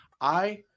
I-